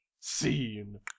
scene